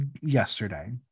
yesterday